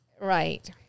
Right